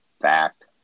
fact